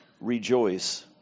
rejoice